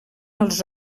els